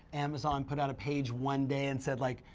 amazon put out a page one day and said like,